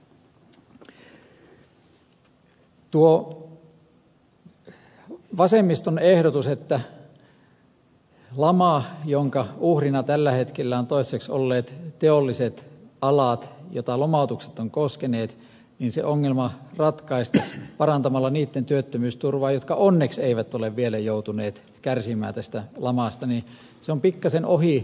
tuo vasemmiston ehdotus että kun laman uhrina tällä hetkellä ovat toistaiseksi olleet teolliset alat joita lomautukset ovat koskeneet niin ongelma ratkaistaisiin parantamalla niitten työttömyysturvaa jotka onneksi eivät ole vielä joutuneet kärsimään tästä lamasta on pikkaisen ohi osuva